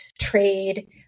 trade